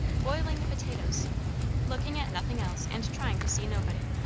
boiling the potatoes looking at nothing else and trying to see nobody,